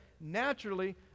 naturally